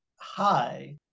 high